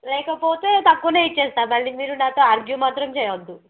లేకపోతే తక్కువనే ఇచ్చేస్తాను మళ్ళీ మీరు నాతో ఆర్గ్యూ మాత్రం చేయవద్దు